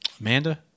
Amanda